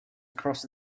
across